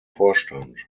vorstand